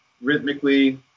rhythmically